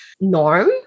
norm